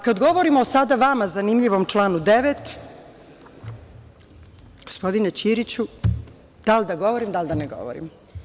Kada govorimo vama zanimljivom članu 9, gospodine Ćiriću, da li da govorim ili da ne govorim?